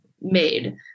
made